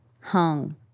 Hung